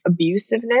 abusiveness